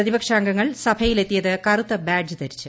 പ്രതിപക്ഷ അംഗങ്ങൾ സഭയിലെത്തിയത് കറുത്ത ബാഡ്ജ് ധരിച്ച്